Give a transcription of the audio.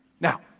Now